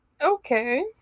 Okay